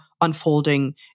unfolding